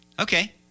Okay